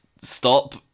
stop